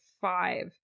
five